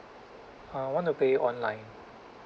uh want to pay online